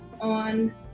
on